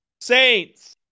Saints